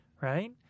right